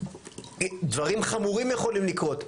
דברים חמורים יכולים לקרות,